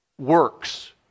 works